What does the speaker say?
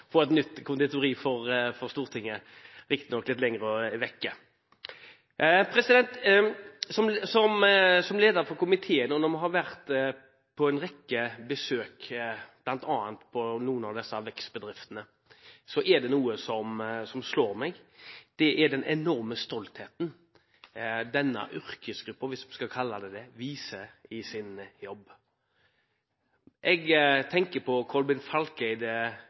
få et nytt konditori nå som Halvorsens Conditori er borte. Det er riktignok litt lenger vekk. Som leder for komiteen – etter å ha vært på en rekke besøk i bl.a. noen av disse vekstbedriftene – er det noe som slår meg: den enorme stoltheten som denne arbeidstakergruppen – hvis man kan kalle dem det – viser i sine jobber. Jeg tenker på Kolbein Falkeids start på et